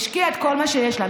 השקיעה את כל מה שיש לה,